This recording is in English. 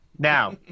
Now